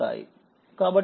కాబట్టిఇది 4 3 2 ఉంటుంది